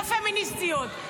לפמיניסטיות.